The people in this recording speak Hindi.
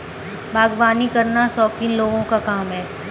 बागवानी करना शौकीन लोगों का काम है